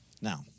Now